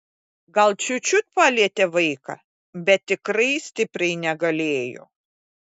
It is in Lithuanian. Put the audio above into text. gal čiut čiut palietė vaiką bet tikrai stipriai negalėjo